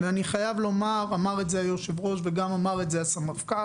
אני חייב לומר אמר את זה היושב-ראש וגם אמר את זה הסמפכ"ל